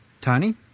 Tony